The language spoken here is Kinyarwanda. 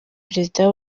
perezida